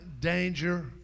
danger